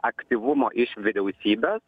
aktyvumo iš vyriausybės